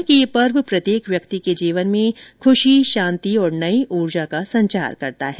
उन्होंने कहा यह पर्व प्रत्येक व्यक्ति के जीवन में खुशी शांति और नई उर्जा का संचार करता है